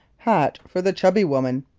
hat for the chubby woman.